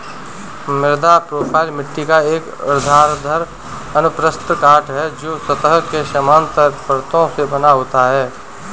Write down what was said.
मृदा प्रोफ़ाइल मिट्टी का एक ऊर्ध्वाधर अनुप्रस्थ काट है, जो सतह के समानांतर परतों से बना होता है